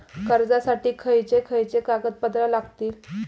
कर्जासाठी खयचे खयचे कागदपत्रा लागतली?